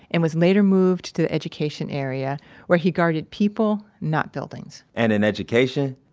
and was later moved to the education area where he guarded people, not buildings and in education,